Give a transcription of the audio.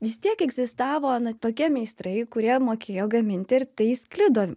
vis tiek egzistavo na tokie meistrai kurie mokėjo gaminti ir tai sklido